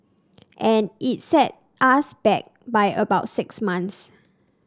and it set us back by about six months